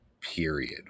period